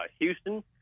Houston